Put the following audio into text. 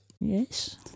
Yes